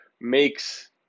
makes